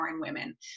women